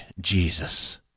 Jesus